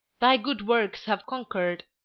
thy good works have conquered.